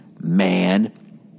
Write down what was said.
man